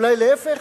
אולי להיפך,